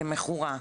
כמכורה,